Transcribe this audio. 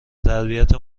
تربیت